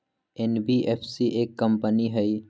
NBFC एक company हई?